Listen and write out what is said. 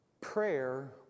Prayer